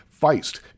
Feist